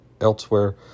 elsewhere